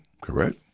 correct